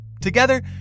Together